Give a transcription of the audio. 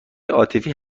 عاطفی